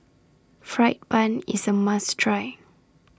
Fried Bun IS A must Try